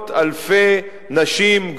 למאות אלפי נשים,